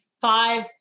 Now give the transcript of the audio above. five